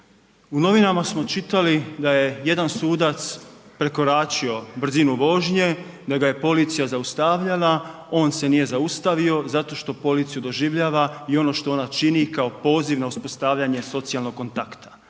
U novinama smo čitali da je jedan sudac prekoračio brzinu vožnje, da ga je policija zaustavljala, on se nije zaustavio zato što policiju doživljava i ono što ona čini kao poziv na uspostavljanje socijalnog kontakta.